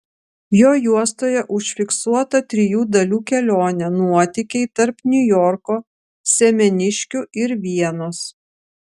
jo juostoje užfiksuota trijų dalių kelionė nuotykiai tarp niujorko semeniškių ir vienos